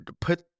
Put